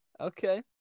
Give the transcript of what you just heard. Okay